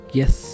yes